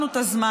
העברנו את הזמן,